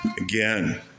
Again